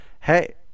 hey